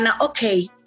okay